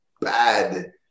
bad